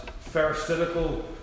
pharisaical